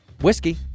whiskey